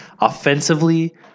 offensively